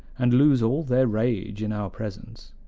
and lose all their rage in our presence.